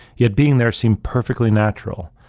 it being there seemed perfectly natural,